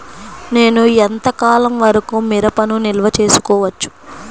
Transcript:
నేను ఎంత కాలం వరకు మిరపను నిల్వ చేసుకోవచ్చు?